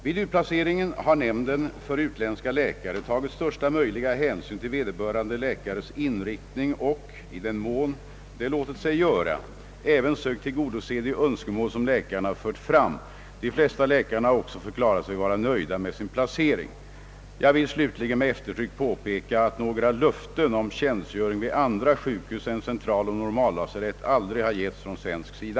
Vid utplaceringen har nämnden för utländska läkare tagit största möjliga hänsyn till vederbörande läkares inriktning och — i den mån det låtit sig göra — även sökt tillgodose de önskemål som läkarna fört fram. De flesta läkarna har också förklarat sig vara nöjda med sin placering. Jag vill slutligen med eftertryck påpeka att några »löften» om tjänstgöring vid andra sjukhus än centraloch normallasarett aldrig har getts från svensk sida.